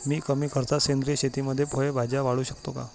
मी कमी खर्चात सेंद्रिय शेतीमध्ये फळे भाज्या वाढवू शकतो का?